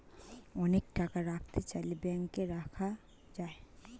অনেক টাকা রাখতে চাইলে ব্যাংকে রাখা যায়